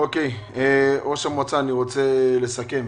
ראש המועצה, אני רוצה לסכם